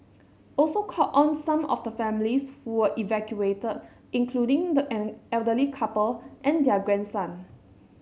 also called on some of the families who were evacuated including an elderly couple and their grandson